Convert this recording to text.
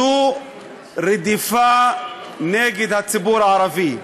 זו רדיפה נגד הציבור הערבי,